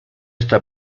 está